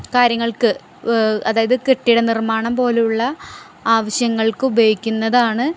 കാര്യങ്ങൾക്ക് അതായത് കെട്ടിട നിർമാണം പോലുള്ള ആവശ്യങ്ങൾക്കുപയോഗിക്കുന്നതാണ്